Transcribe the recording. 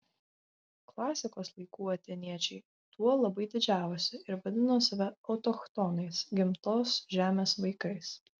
klasikos laikų atėniečiai tuo labai didžiavosi ir vadino save autochtonais gimtos žemės vaikais